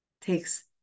takes